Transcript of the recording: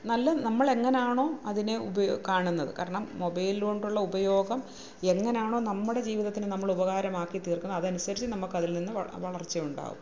നല്ല നമ്മൾ എങ്ങനാണോ അതിനെ ഉപയോ കാണുന്നത് കാരണം മൊബൈല് കൊണ്ടുള്ള ഉപയോഗം എങ്ങനാണോ നമ്മുടെ ജീവിതത്തിന് നമ്മൾ ഉപകാരമാക്കിതീർക്കുന്ന് അതനുസരിച്ച് നമുക്ക് അതിൽനിന്ന് വളർച്ചയുണ്ടാവും